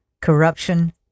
Corruption